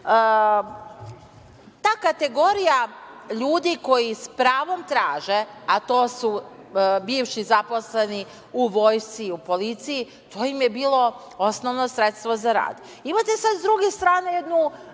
je kategoriji ljudi koji s pravom traže, a to su bivši zaposleni u vojsci u policiji, je to bilo osnovno sredstvo za rad.